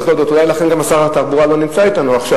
ואולי גם לכן שר התחבורה לא נמצא אתנו עכשיו,